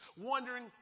wondering